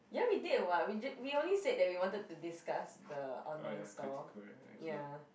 ya we did [what] we ju~ we only said that we wanted to discuss the online store ya